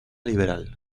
liberal